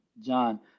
John